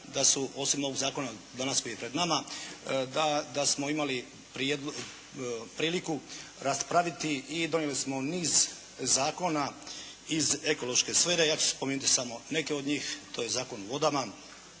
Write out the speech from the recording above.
da su osim novog danas koji je pred nama, da smo imali priliku raspraviti i donijeli smo niz zakona iz ekološke sfere. Ja ću spomenuti samo neke od njih. To je Zakon o vodama,